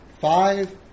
Five